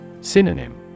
Synonym